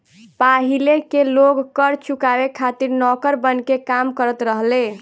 पाहिले के लोग कर चुकावे खातिर नौकर बनके काम करत रहले